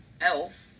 elf